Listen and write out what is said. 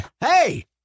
Hey